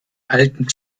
alten